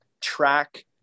track